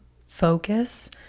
focus